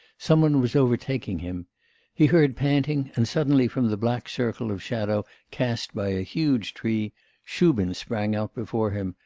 some one was overtaking him he heard panting, and suddenly from a black circle of shadow cast by a huge tree shubin sprang out before him,